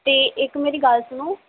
ਅਤੇ ਇੱਕ ਮੇਰੀ ਗੱਲ ਸੁਣੋ